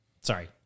Sorry